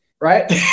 right